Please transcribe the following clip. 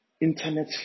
internet